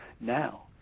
now